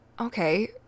Okay